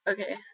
Okay